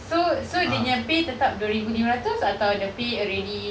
so so dia punya pay tetap dua ribu lima ratus atau the pay already